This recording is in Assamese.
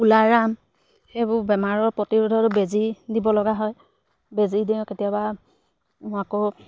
কুলাৰাম সেইবোৰ বেমাৰৰ প্ৰতিৰোধক বেজী দিব লগা হয় বেজী দিওঁ কেতিয়াবা আকৌ